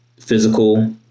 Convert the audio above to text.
Physical